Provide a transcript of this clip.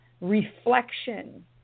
reflection